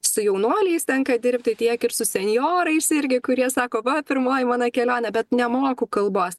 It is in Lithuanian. su jaunuoliais tenka dirbti tiek ir su senjorais irgi kurie sako va pirmoji mano kelionė bet nemoku kalbos